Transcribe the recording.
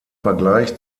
vergleich